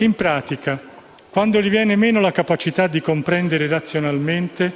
In pratica quando gli viene meno la capacità di comprendere razionalmente,